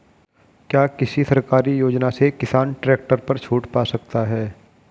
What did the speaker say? क्या किसी सरकारी योजना से किसान ट्रैक्टर पर छूट पा सकता है?